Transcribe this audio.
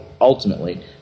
ultimately